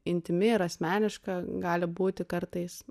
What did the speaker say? intymi ir asmeniška gali būti kartais